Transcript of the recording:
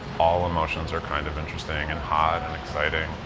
all emotions are kind of interesting and hot and exciting.